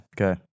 Okay